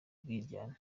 umwiryane